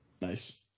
Nice